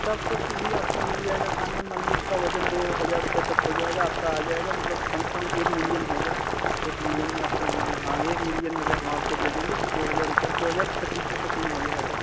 तो आप सोच लीजिए आपको मिल जाएगा कान में मन लीजिए उसका वज़न दो हज़ार रूपये तक हो जाएगा आपका आ जाएगा मतलब कम से कम एक मिलियन होगा एक मिलियन में आपको मिल हाँ हाँ एक मिलियन में अगर हम आपको दे देंगे तो दो हज़ार रुपये दो हज़ार से पच्चीस सौ तक में मिल जाएगा